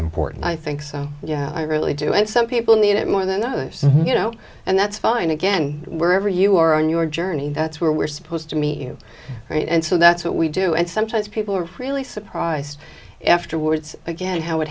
important i think so yeah i really do and some people need it more than others you know and that's fine again wherever you are on your journey that's where we're supposed to meet you and so that's what we do and sometimes people are really surprised afterwards again how it